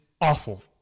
awful